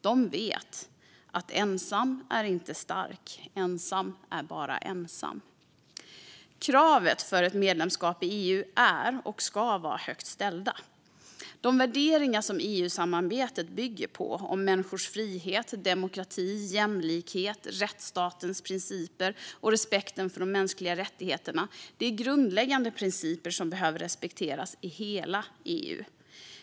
Det vet att ensam inte är stark - ensam är bara ensam. Kraven för ett medlemskap i EU är och ska vara högt ställda. De värderingar som EU-samarbetet bygger på - om människors frihet, demokrati, jämlikhet, rättsstatens principer och respekten för de mänskliga rättigheterna - är grundläggande principer som behöver respekteras i hela EU.